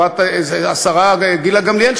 השרה גילה גמליאל,